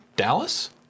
Dallas